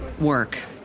work